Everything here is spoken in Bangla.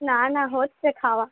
না না হচ্ছে খাওয়া